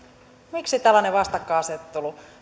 miksi tällainen vastakkainasettelu